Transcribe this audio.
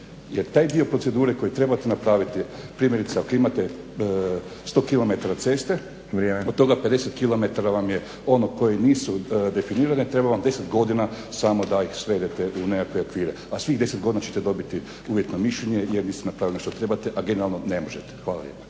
jer taj dio procedure koji trebate napraviti, primjerice ako imate 100 kilometara ceste, od toga 50 kilometara vam je one koje nisu definirane, treba vam 10 godina samo da ih svedete u nekakve okvire, a svih 10 godina ćete dobiti uvjetno mišljenje jer niste napravili što trebate, a generalno ne možete. Hvala